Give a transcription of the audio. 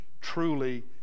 truly